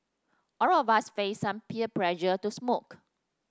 all of us faced some peer pressure to smoke